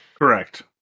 Correct